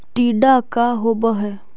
टीडा का होव हैं?